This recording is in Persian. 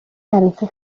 عروسی